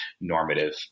normative